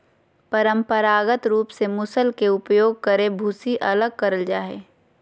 परंपरागत रूप से मूसल के उपयोग करके भूसी अलग करल जा हई,